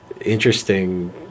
interesting